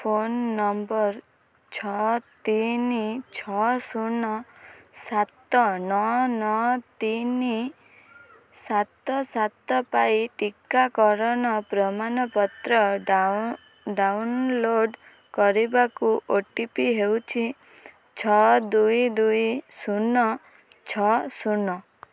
phone number ଛଅ ତିନି ଛଅ ଶୂନ ସାତ ନଅ ନଅ ତିନି ସାତ ସାତ ପାଇଁ ଟିକାକରଣ ପ୍ରମାଣପତ୍ର ଡ଼ାଉନଲୋଡ଼୍ କରିବାକୁ ଓ ଟି ପି ହେଉଛି ଛଅ ଦୁଇ ଦୁଇ ଶୂନ ଛଅ ଶୂନ